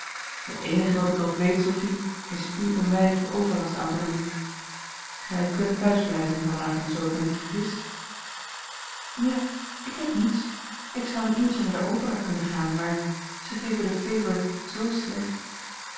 het eenige wat ik er op weet sophie is u een weinigje overlast aan te doen gij kunt thuis blijven van avond zoo ik mij niet vergis ja ik heb niets ik zou een uurtje naar de opera kunnen gaan maar zij geven de favorite zoo slecht